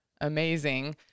amazing